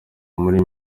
muri